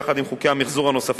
יחד עם חוקי המיחזור הנוספים,